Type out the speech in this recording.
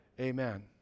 amen